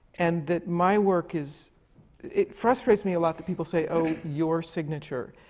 and that my work is it frustrates me a lot that people say, oh, your signature.